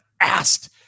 asked